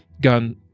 gun